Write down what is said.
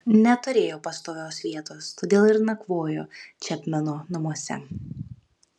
neturėjo pastovios vietos todėl ir nakvojo čepmeno namuose